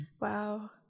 Wow